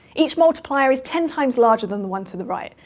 each multiplier is ten times larger than the one to the right.